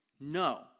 no